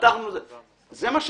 הודענו